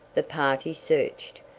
the party searched,